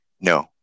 No